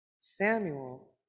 Samuel